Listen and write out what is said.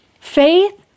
Faith